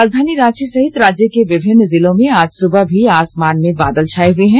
राजधानी रांची सहित राज्य के विभिन्न जिलों में आज सुबह भी आसमान में बादल छाये हए है